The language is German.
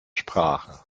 sprache